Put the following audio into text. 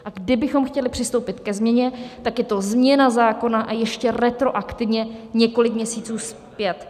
A kdybychom chtěli přistoupit ke změně, tak je to změna zákona, a ještě retroaktivně několik měsíců zpět.